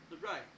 right